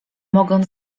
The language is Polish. mogąc